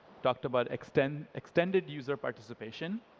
talked about extended extended user participation.